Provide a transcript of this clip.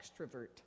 extrovert